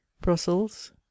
Brussels